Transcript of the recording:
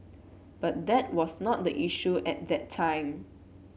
but that was not the issue at that time